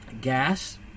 gas